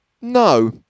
no